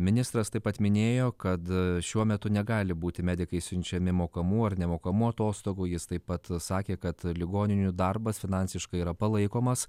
ministras taip pat minėjo kad šiuo metu negali būti medikai siunčiami mokamų ar nemokamų atostogų jis taip pat sakė kad ligoninių darbas finansiškai yra palaikomas